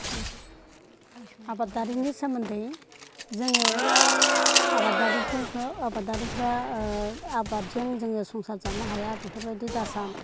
आबादारिनि सोमोन्दै जों आबादारिफोरखौ आबादारिफ्रा आबादजों जोङो संसार जानो हाया बेफोरबायदि दासान